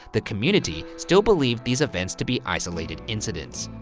the community still believed these events to be isolated incidents.